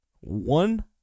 one